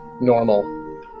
normal